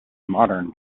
modern